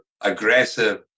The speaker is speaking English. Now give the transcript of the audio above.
aggressive